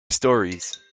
storeys